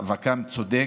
מאבקם צודק,